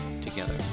together